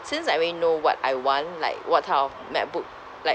since I already know what I want like what type of macbook like